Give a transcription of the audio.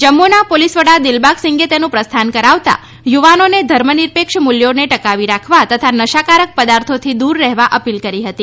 જમ્મુના પોલિસ વડા દિલબાગ સિંગે તેનું પ્રસ્થાન કરાવતા યુવાનોને ધર્મ નિરપેક્ષ મૂલ્યોને ટકાવી રાખવા તથા નશાકારક પદાર્થોથી દૂર રહેવા અપીલ કરી હતી